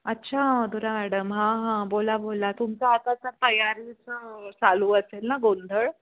अच्छा मधुरा मॅडम हां हां बोला बोला तुमचं आतासं तयारीचं चालू असेल ना गोंधळ